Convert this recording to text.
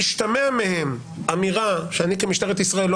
משתמע מהן אמירה שאני כמשטרת ישראל לא